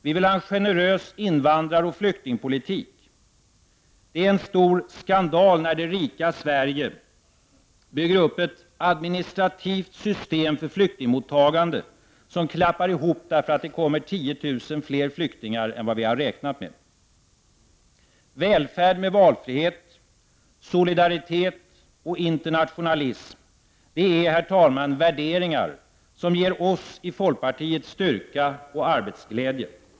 Vi vill ha en generös invandraroch flyktingpolitik. Det är stor skandal när det rika Sverige bygger upp ett administrativt system för flyktingmottagande som klappar ihop därför att det kommer 10000 fler flyktingar än väntat. Välfärd med valfrihet, solidaritet och internationalism — det är, herr talman, värderingar som ger oss i folkpartiet styrka och arbetsglädje.